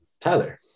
Tyler